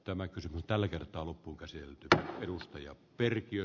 tämä kasvu tällä kertaa loppuunkäsitelty tihentymiä voidaan vähentää